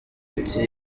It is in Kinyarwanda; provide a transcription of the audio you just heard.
ati